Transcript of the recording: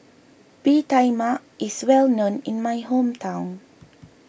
Bee Tai Mak is well known in my hometown